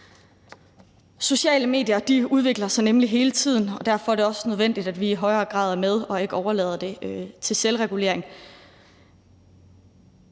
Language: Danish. Sociale medier udvikler sig nemlig hele tiden, og derfor er det også nødvendigt, at vi i højere grad er med og ikke overlader det til selvregulering.